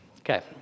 Okay